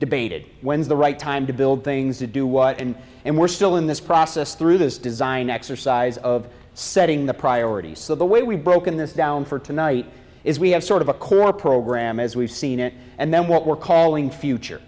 debated when's the right time to build things to do what and and we're still in this process through this design exercise of setting the priorities so the way we've broken this down for tonight is we have sort of a core program as we've seen it and then what we're calling future